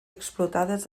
explotades